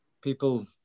people